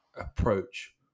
approach